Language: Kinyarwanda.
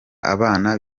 abana